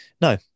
no